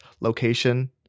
location